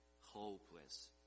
hopeless